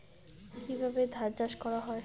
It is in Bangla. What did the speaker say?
কিভাবে ধান চাষ করা হয়?